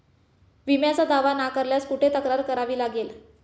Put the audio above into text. विम्याचा दावा नाकारल्यास कुठे तक्रार करावी लागेल?